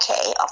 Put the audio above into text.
okay